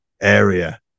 area